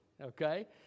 okay